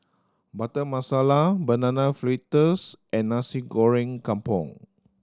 Butter Masala Banana Fritters and Nasi Goreng Kampung